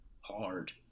hard